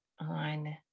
on